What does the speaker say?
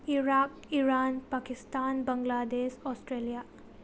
Iraq Iran Pakistan Bangladesh Australia